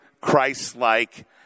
Christ-like